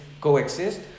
coexist